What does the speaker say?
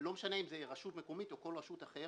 לא משנה אם זה רשות מקומית או כל רשות אחרת,